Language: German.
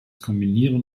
kombinieren